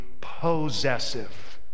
possessive